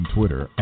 Twitter